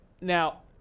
now